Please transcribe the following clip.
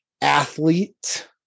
athlete